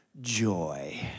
Joy